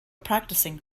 practicing